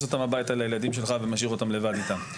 אותם אליך הביתה לילדים שלך ומשאיר אותם איתם לבד.